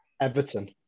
Everton